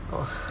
我